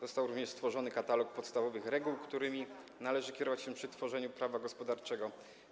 Został również stworzony katalog podstawowych reguł, którymi należy kierować się przy tworzeniu prawa gospodarczego.